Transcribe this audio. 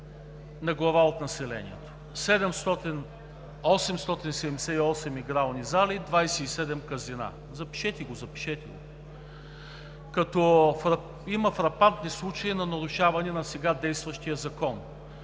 на глава от населението – 878 игрални зали и 27 казина. (Реплики.) Запишете го, запишете го! Има фрапантни случаи на нарушаване на сега действащия закон.